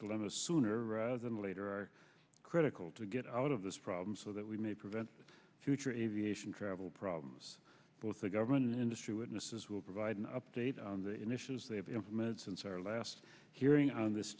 dilemma sooner rather than later are critical to get out of this problem so that we may prevent future aviation travel problems both the government and industry witnesses will provide an update on the initiatives they have implemented since our last hearing on this